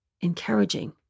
encouraging